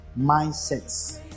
mindsets